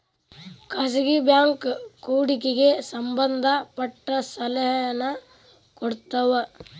ಖಾಸಗಿ ಬ್ಯಾಂಕ್ ಹೂಡಿಕೆಗೆ ಸಂಬಂಧ ಪಟ್ಟ ಸಲಹೆನ ಕೊಡ್ತವ